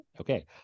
Okay